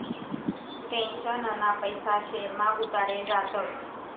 पेन्शनना पैसा शेयरमा गुताडेल रातस